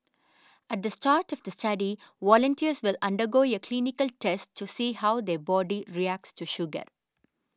at the start of the study volunteers will undergo a clinical test to see how their body reacts to sugar